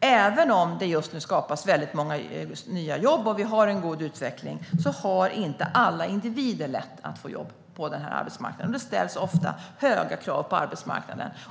Även om det just nu skapas väldigt många nya jobb och vi har en god utveckling har inte alla individer lätt att få jobb på den här arbetsmarknaden. Det ställs ofta höga krav,